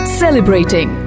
celebrating